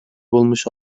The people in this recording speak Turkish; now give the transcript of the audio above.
bulmuş